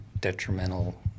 detrimental